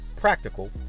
practical